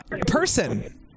person